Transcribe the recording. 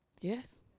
Yes